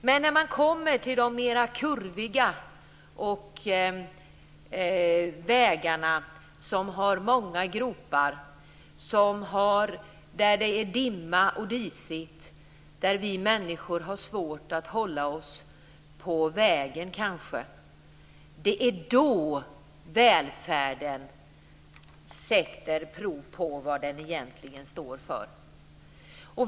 Men när man kommer till de mer kurviga vägarna som har många gropar, där det är dimma och disigt, där vi människor kanske har svårt att hålla oss på vägen - det är då välfärden visar prov på vad den egentligen står för.